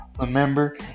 Remember